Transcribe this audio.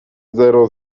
zero